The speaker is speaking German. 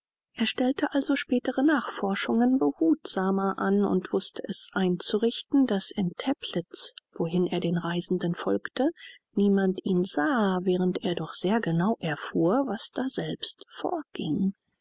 er stellte also spätere nachforschungen behutsamer an und wußte es einzurichten daß in teplitz wohin er den reisenden folgte niemand ihn sah während er doch sehr genau erfuhr was daselbst vorging